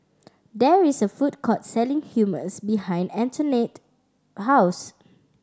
there is a food court selling Hummus behind Antonette house